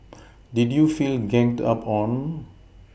did you feel ganged up on